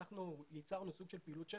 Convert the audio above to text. אנחנו ייצרנו סוג של פעילות שטח.